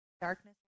Darkness